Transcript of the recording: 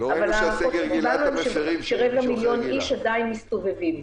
אבל ההערכות שקיבלנו הם שרבע מיליון איש עדיין מסתובבים.